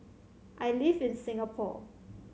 I live in Singapore